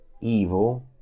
evil